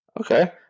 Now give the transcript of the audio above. Okay